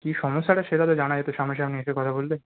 কী সমস্যাটা সেটা তো জানা যেতো সামনা সামনি এসে কথা বললে